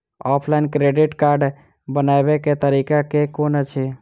Offline credit card बनाबै केँ तरीका केँ कुन अछि?